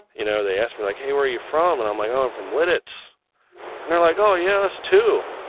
you know they asked me like, hey where are you from? and i'm like, oh, i'm from lititz and they're like, oh yeah us too.